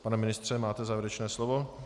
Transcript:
Pane ministře, máte závěrečné slovo.